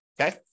Okay